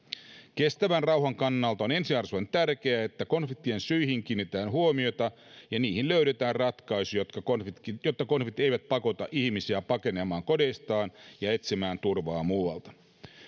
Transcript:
kestävän rauhan kannalta on ensiarvoisen tärkeää että konfliktien syihin kiinnitetään huomiota ja niihin löydetään ratkaisu jotta konfliktit eivät pakota ihmisiä pakenemaan kodeistaan ja etsimään turvaa muualta